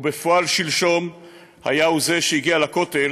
ובפועל שלשום היה הוא זה שהגיע לכותל